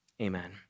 amen